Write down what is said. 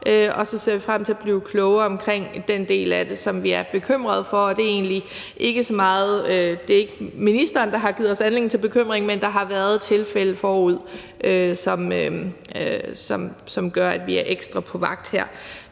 og så ser vi frem til at blive klogere på den del af det, som vi er bekymrede for. Og det er egentlig ikke så meget ministeren, der har givet os anledning til bekymring, men der har været tilfælde forud, som gør, at vi er ekstra på vagt her.